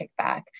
Kickback